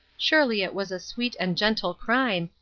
surely it was a sweet and gentle crime,